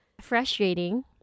frustrating